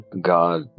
God